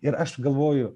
ir aš galvoju